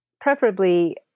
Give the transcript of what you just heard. Preferably